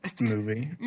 movie